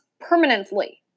permanently